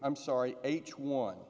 i'm sorry h one